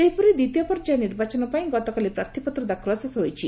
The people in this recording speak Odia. ସେହିପରି ଦ୍ୱିତୀୟ ପର୍ଯ୍ୟାୟ ନିର୍ବାଚନ ପାଇଁ ଗତକାଲି ପ୍ରାର୍ଥୀପତ୍ର ଦାଖଲ ଶେଷ ହୋଇଛି